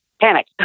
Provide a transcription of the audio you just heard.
panic